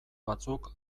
batzuk